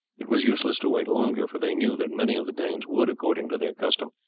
it was useless to wait longer, for they knew that many of the danes would, according to their custom,